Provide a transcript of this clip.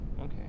okay